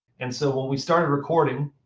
and so when we started recording,